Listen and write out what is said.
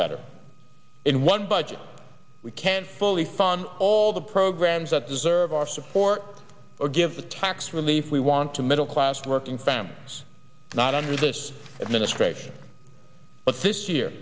better in one budget we can't fully fund all the programs that deserve our support or give the tax relief we want to middle class working families not under this administration but this year